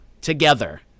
together